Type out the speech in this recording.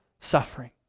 suffering